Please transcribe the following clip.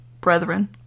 Brethren